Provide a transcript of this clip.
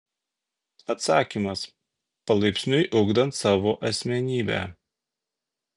atsakymas palaipsniui ugdant savo asmenybę